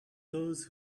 those